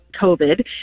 COVID